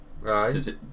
right